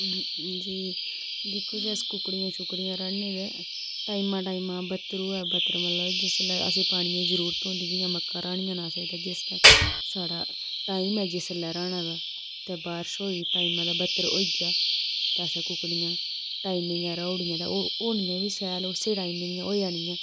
जी दिक्खो जी अस कुकड़ियां छुकड़ियां राह्ने ते टाइमा टाइमा बत्तर होऐ बत्तर मतलब जिसलै असें पानियै जरूरत होंदी जियां मक्कां राह्नियां न असें ते जिस टाइम साढ़ा टाइम ऐ जिसलै राह्ने दा ते बारश होई टाइमा दा बत्तर होई गेआ तां असें कुकड़ियां टाइमे दियां राहुड़ियां तां ओह् होनियां बी शैल उस्सै टाइमा दी होई जानियां